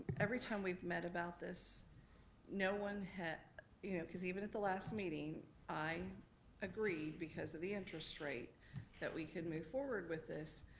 every time we've met about this no one, you know cause even at the last meeting i agreed because of the interest rate that we could move forward with this.